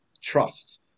trust